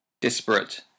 Disparate